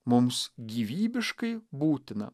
mums gyvybiškai būtina